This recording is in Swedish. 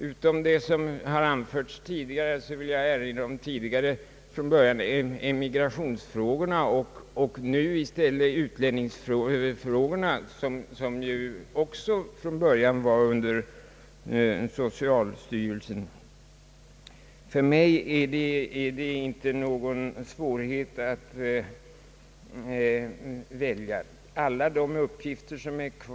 Utöver vad som i den delen har anförts tidigare vill jag erinra om emigrationsfrågorna under den första tiden och nu senare immigrationsfrågorna, utlänningsfrågorna, som från början handlades av socialstyrelsen. För mig är det inte någon svårighet att välja när det gäller namnet.